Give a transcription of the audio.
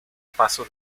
paso